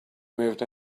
moved